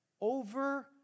over